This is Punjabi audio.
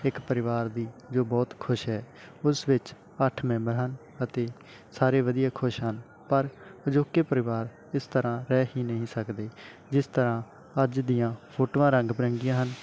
ਇੱਕ ਪਰਿਵਾਰ ਦੀ ਜੋ ਬਹੁਤ ਖੁਸ਼ ਹੈ ਉਸ ਵਿੱਚ ਅੱਠ ਮੈਂਬਰ ਹਨ ਅਤੇ ਸਾਰੇ ਵਧੀਆ ਖੁਸ਼ ਹਨ ਪਰ ਅਜੋਕੇ ਪਰਿਵਾਰ ਇਸ ਤਰ੍ਹਾਂ ਰਹਿ ਹੀ ਨਹੀਂ ਸਕਦੇ ਜਿਸ ਤਰ੍ਹਾਂ ਅੱਜ ਦੀਆਂ ਫੋਟੋਆਂ ਰੰਗ ਬਿਰੰਗੀਆਂ ਹਨ